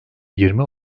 yirmi